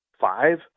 Five